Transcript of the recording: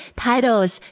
,titles